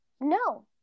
No